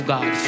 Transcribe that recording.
God